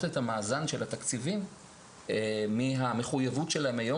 את המאזן של התקציבים מהמחויבות שלהם היום,